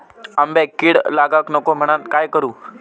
आंब्यक कीड लागाक नको म्हनान काय करू?